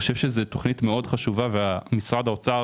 אני חושב שזוהי תכנית מאוד חשובה, ושמשרד האוצר